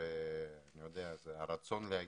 שפות.